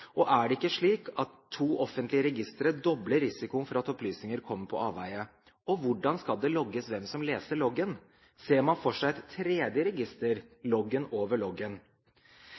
Og er det ikke slik at to offentlige registre dobler risikoen for at opplysninger kommer på avveier? Og hvordan skal det logges hvem som leser loggen – ser man for seg et tredje register, loggen over loggen?